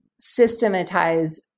systematize